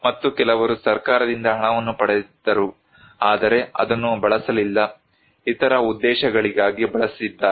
ಮತ್ತು ಕೆಲವರು ಸರ್ಕಾರದಿಂದ ಹಣವನ್ನು ಪಡೆದರು ಆದರೆ ಅದನ್ನು ಬಳಸಲಿಲ್ಲ ಇತರ ಉದ್ದೇಶಗಳಿಗಾಗಿ ಬಳಸಿದ್ದಾರೆ